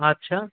আচ্ছা